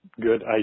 good